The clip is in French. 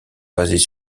basées